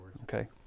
Okay